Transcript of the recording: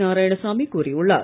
நாராயணசாமி கூறியுள்ளார்